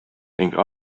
ning